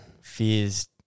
fears